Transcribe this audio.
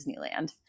Disneyland